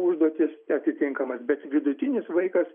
užduotis atitinkamas bet vidutinis vaikas